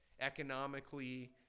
economically